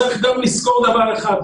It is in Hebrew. צריך גם לזכור דבר אחד,